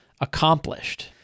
accomplished